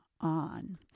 on